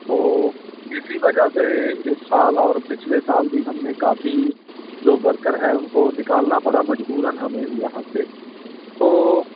تو اسی وجہ سے اس سال اور پچھلے سال بھی ہم نے کافی جو ورکر ہے ان کو نکالنا پڑا مجبوراً ہمیں یہاں سے تو